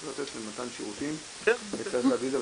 צריך לתת מתן שירותים וצריך להביא את זה.